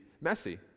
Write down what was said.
messy